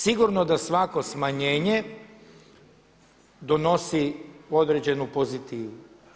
Sigurno da svako smanjenje donosi određenu pozitivu.